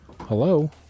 hello